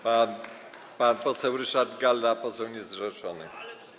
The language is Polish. Pan poseł Ryszard Galla, poseł niezrzeszony.